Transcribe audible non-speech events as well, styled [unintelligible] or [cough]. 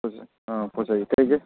[unintelligible]